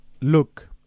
Look